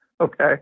Okay